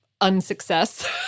unsuccess